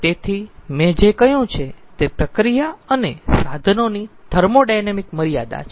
તેથી મેં જે કહ્યું છે તે પ્રક્રિયા અને સાધનોની થર્મોોડાયનેમિક મર્યાદા છે